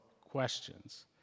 questions